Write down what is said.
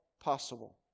possible